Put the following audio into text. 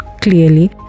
clearly